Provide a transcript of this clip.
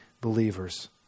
believers